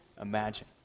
imagine